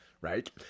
right